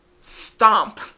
stomp